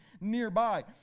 nearby